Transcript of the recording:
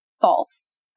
false